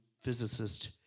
physicist